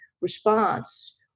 response